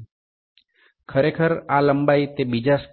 যে দৈর্ঘ্যটি হল